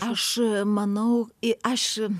aš manau i aš